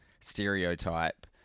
stereotype